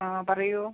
ആ പറയൂ